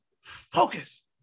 focus